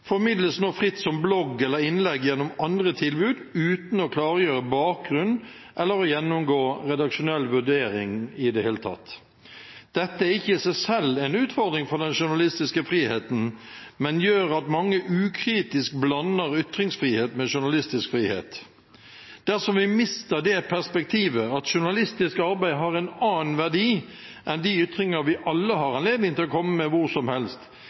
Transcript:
formidles nå fritt som blogg eller innlegg gjennom andre tilbud, uten å klargjøre bakgrunn eller å gjennomgå redaksjonell vurdering i det hele tatt. Dette er ikke i seg selv en utfordring for den journalistiske friheten, men gjør at mange ukritisk blander ytringsfrihet med journalistisk frihet. Dersom vi mister det perspektivet at journalistisk arbeid har en annen verdi enn de ytringer vi alle har anledning til å komme med hvor som helst,